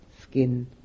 skin